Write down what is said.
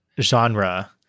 genre